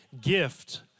gift